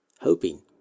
hoping